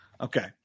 Okay